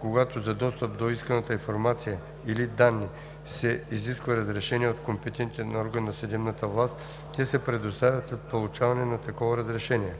Когато за достъп до исканата информация или данни се изисква разрешение от компетентен орган на съдебната власт, те се предоставят след получаване на такова разрешение.“